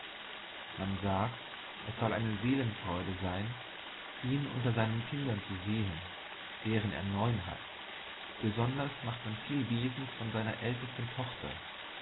man sagt es soll eine seelenfreude sein ihn unter seinen kindern zu sehen deren er neun hat besonders macht man viel wesens von seiner ältesten tochter